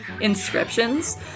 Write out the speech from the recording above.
inscriptions